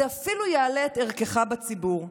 זה אפילו יעלה את ערכך בציבור.